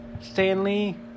Stanley